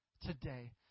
Today